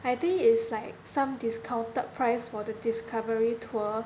I think is like some discounted price for the discovery tour